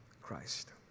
Christ